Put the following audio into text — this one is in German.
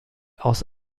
aus